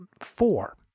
four